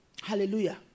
Hallelujah